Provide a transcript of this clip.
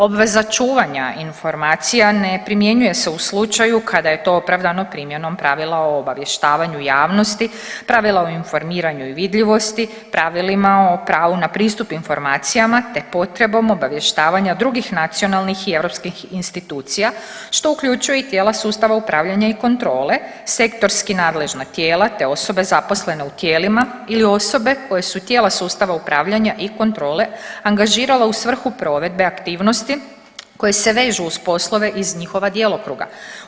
Obveza čuvanja informacija ne primjenjuje se u slučaju kada je to opravdano primjenom pravila o obavještavanju javnosti, pravila o informiranju i vidljivosti, pravilima o pravu na pristup informacijama, te potrebom obavještavanja drugih nacionalnih i europskih institucija što uključuje i tijela sustava upravljanja i kontrole, sektorski nadležna tijela, te osobe zaposlene u tijelima ili osobe koje su tijela sustava upravljanja i kontrole angažirala u svrhu provedbe aktivnosti koje se vežu uz poslove iz njihova djelokruga.